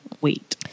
wait